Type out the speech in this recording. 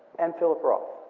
and philip roth.